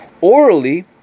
orally